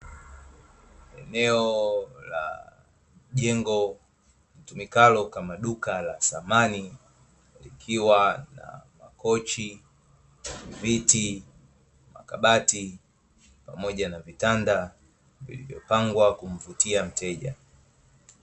Eneno la jengo litumikalo kama duka la samani likiwa na makoch , viti, makabati pamoja na vitanda vilivyopangwa kumvutia mteja.